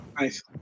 Nice